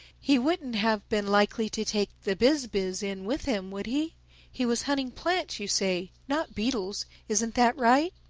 he wouldn't have been likely to take the biz-biz in with him, would he he was hunting plants, you say, not beetles. isn't that right?